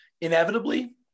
inevitably